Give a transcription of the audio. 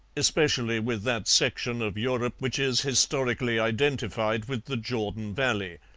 especially with that section of europe which is historically identified with the jordan valley.